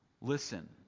listen